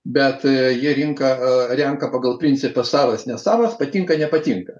bet jie rinką renka pagal principą savas nesavas patinka nepatinka